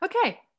Okay